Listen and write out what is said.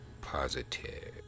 positive